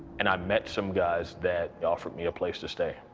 and i met some guys that offered me a place to stay.